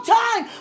time